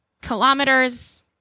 kilometers